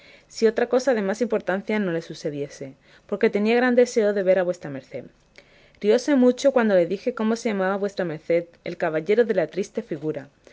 si otra cosa de más importancia no le sucediese porque tenía gran deseo de ver a vuestra merced rióse mucho cuando le dije como se llamaba vuestra merced el caballero de la triste figura